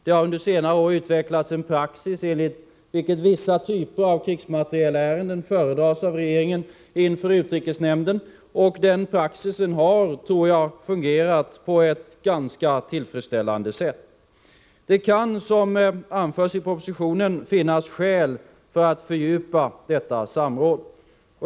Det har under senare år utvecklats en praxis enligt vilken vissa typer av krigsmaterielärenden föredras av regeringen inför utrikesnämnden, och jag tror att denna praxis har fungerat på ett ganska tillfredsställande sätt. Det kan, som anförs i propositionen, finnas skäl att fördjupa detta samråd.